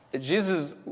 Jesus